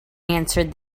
answered